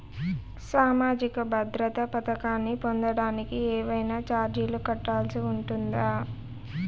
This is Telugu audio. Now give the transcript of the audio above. సామాజిక భద్రత పథకాన్ని పొందడానికి ఏవైనా చార్జీలు కట్టాల్సి ఉంటుందా?